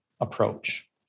approach